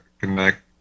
connect